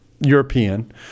European